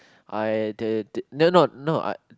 I they did no no no I